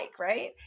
right